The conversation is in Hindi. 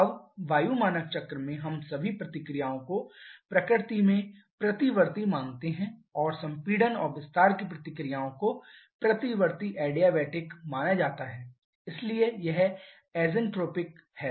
अब वायु मानक चक्र में हम सभी प्रक्रियाओं को प्रकृति में प्रतिवर्ती मानते हैं और संपीडन और विस्तार की प्रक्रियाओं को प्रतिवर्ती एडियाबैटिक माना जाता है इसलिए यह ऐसेन्ट्रोपिक है